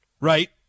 Right